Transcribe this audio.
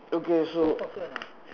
okay so